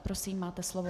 Prosím, máte slovo.